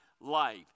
life